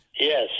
Yes